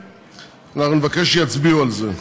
נבקש שיצביעו על זה.